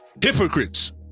hypocrites